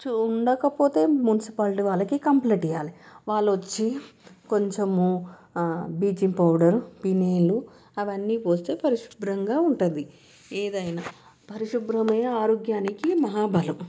చూ ఉండకపోతే మున్సిపాలిటీ వాళ్ళకి కంప్లైంట్ ఇయాలి వాళ్ళు వచ్చి కొంచెము బ్లీచింగ్ పౌడర్ ఫెనయల్ అవన్నీ పోస్తే పరిశుభ్రంగా ఉంటుంది ఏదైనా పరిశుభ్రమైన ఆరోగ్యానికి మహాబలం